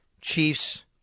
Chiefs